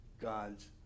God's